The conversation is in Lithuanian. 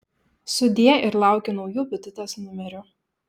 sudie ir laukiu naujų bitutės numerių